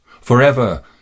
Forever